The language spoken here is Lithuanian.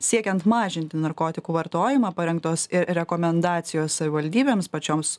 siekiant mažinti narkotikų vartojimą parengtos rekomendacijos savivaldybėms pačioms